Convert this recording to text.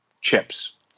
chips